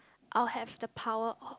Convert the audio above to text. I'll have the power oh